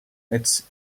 it’s